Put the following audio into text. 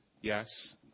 Yes